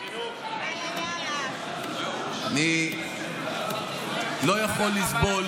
אני לא יכול לסבול,